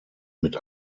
mit